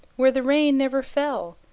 where the rain never fell,